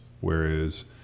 Whereas